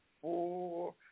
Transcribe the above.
four